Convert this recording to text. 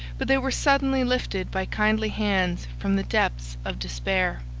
but they were suddenly lifted by kindly hands from the depths of despair.